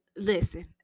Listen